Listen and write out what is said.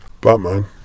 Batman